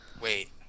Wait